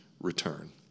return